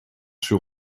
sur